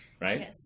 Right